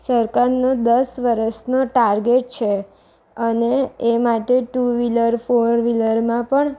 સરકારનો દસ વર્ષનો ટાર્ગેટ છે અને એ માટે ટુ વ્હીલર ફોર વ્હીલરમાં પણ